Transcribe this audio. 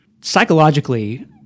psychologically